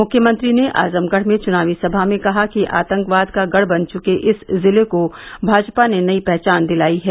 मुख्यमंत्री ने आजमगढ़ में चुनावी सभा में कहा कि आतंकवाद का गढ़ बन चुके इस जिले को भाजपा ने नई पहचान दिलाई है